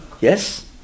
Yes